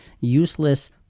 useless